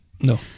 No